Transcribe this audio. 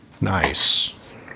Nice